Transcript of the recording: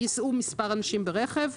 ייסעו מספר אנשים ברכב.